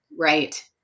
Right